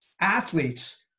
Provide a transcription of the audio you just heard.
athletes